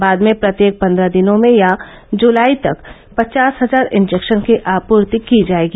बाद में प्रत्येक पन्द्रह दिनों में या जुलाई तक पचास हजार इंजेक्शन की आपूर्ति की जाएगी